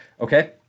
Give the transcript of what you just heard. Okay